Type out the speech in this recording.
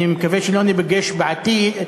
אני מקווה שלא ניפגש בעתיד,